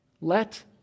let